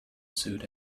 sued